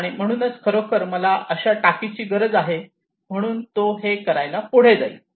आणि म्हणून खरोखर मला अशा टाकी ची गरज आहे आणि म्हणून तो हे करायला पुढे जाईल